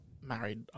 married